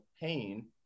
pain